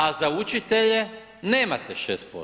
A za učitelje nemate 6%